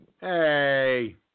hey